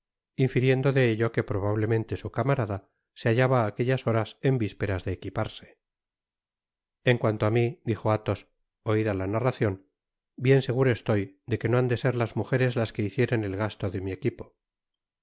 infiriendo de ello que probablemente su camarada se hallaba á aquellas horas en visperas de equipar se en cuanto á mi dijo athos oida la narracion bien seguro estoy de que no ban de ser las mugeres las que hicieren el gasto de mi equipo